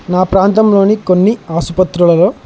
నా ప్రాంతంలోని కొన్ని ఆసుపత్రులలో